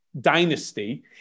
dynasty